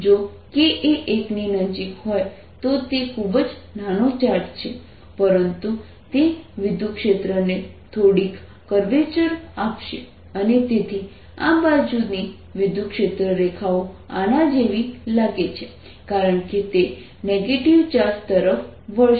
જો k એ 1 ની નજીક હોય તો તે ખૂબ જ નાનો ચાર્જ છે પરંતુ તે વિદ્યુતક્ષેત્ર ને થોડીક કર્વચર આપશે અને તેથી આ બાજુની વિદ્યુતક્ષેત્ર રેખાઓ આના જેવી લાગે છે કારણ કે તે નેગેટિવ ચાર્જ તરફ વળશે